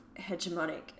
hegemonic